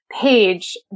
page